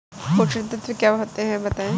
पोषक तत्व क्या होते हैं बताएँ?